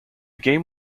game